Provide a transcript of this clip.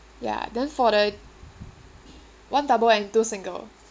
ya then for the one double and two single